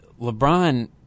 LeBron